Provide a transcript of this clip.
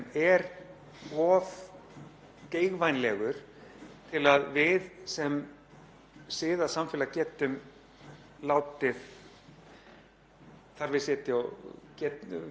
Við getum ekki leyft því að vera einhver hluti af eðlilegu orðfæri að tala eins og megi beita kjarnavopnum í nokkru einasta tilfelli.